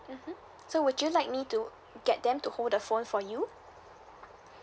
mmhmm so would you like me to get them to hold the phone for you